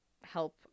help